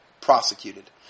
prosecuted